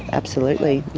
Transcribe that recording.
absolutely,